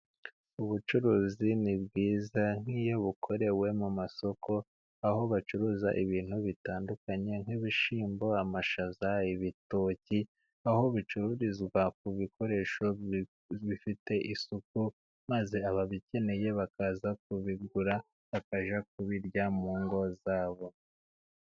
Ubucuruzi ni bwiza nk'iyo bukorewe mu masoko aho bacuruza ibintu bitandukanye, nk'ibishyimbo, amashaza, ibitoki, aho bicururizwa ku bikoresho bifite isuku, maze ababikeneye bakaza kubigura bakajya kubirya mu ngo zabo.